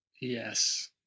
Yes